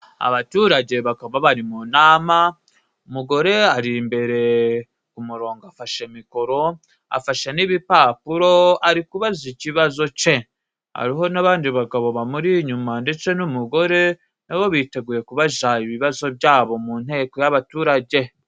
Abaturage bakaba bari mu nama, umugore ari imbere Ku murongo afashe mikoro afashe n'ibipapuro ari kubaza ikibazo ce, hariho n'abandi bagabo bamuri inyuma ndetse n'umugore n'abo biteguye kubaza ibibazo byabo mu nteko y'abaturage.